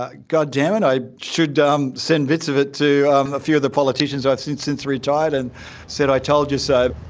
ah goddammit, i should um send bits of it to a few of the politicians that have since retired and say i told you so.